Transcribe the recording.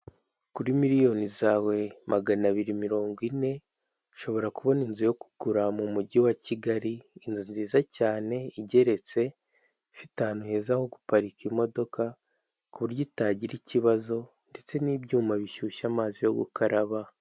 Kuri miliyoni zawe magana abiri mirongo ine, ushobora kubona inzu yo kugura mu mujyi wa Kigali, inzu nziza cyane igeretse ifite ahantu heza ho guparika imodoka, ku buryo itagira ikibazo ndetse n'ibyuma bishyushya amazi yo gukaraba.